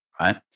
right